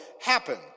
happen